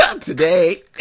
Today